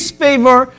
favor